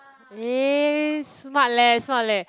eh smart leh smart leh